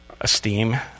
Esteem